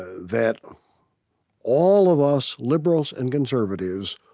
that all of us, liberals and conservatives,